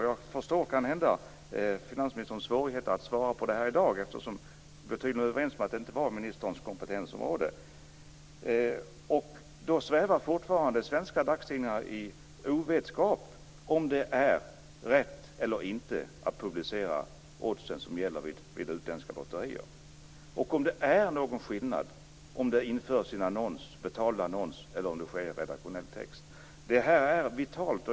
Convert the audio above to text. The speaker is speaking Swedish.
Jag förstår kanhända finansministerns svårigheter att svara på det här i dag, eftersom vi tydligen är överens om att det inte är ministerns kompetensområde. Då svävar fortfarande svenska dagstidningar i ovisshet om det är rätt eller inte att publicera odds som gäller vid utländska lotterier och om det är någon skillnad om de införs i en betald annons eller om det sker i redaktionell text. Detta är vitalt.